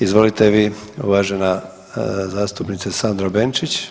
Izvolite vi uvažena zastupnice Sandra Benčić.